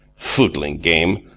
footling game!